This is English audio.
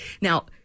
Now